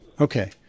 okay